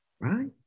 right